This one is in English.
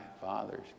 father's